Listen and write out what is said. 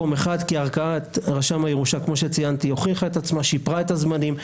ערכאת רשם הירושה הוכיחה את עצמה ושיפרה את הזמנים.